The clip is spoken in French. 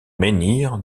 menhir